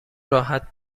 راحت